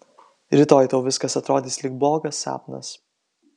rytoj tau viskas atrodys lyg blogas sapnas